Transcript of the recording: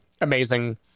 amazing